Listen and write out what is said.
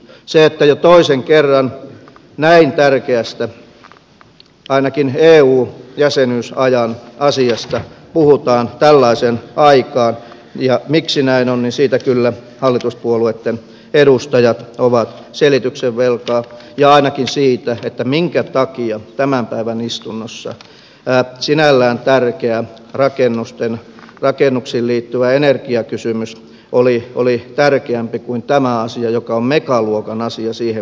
siitä että jo toisen kerran näin tärkeästä ainakin eu jäsenyysajan asiasta puhutaan tällaiseen aikaan ja siitä miksi näin on kyllä hallituspuolueitten edustajat ovat selityksen velkaa ja ainakin siitä minkä takia tämän päivän istunnossa sinällään tärkeä rakennuksiin liittyvä energiakysymys oli tärkeämpi kuin tämä asia joka on megaluokan asia siihen verrattuna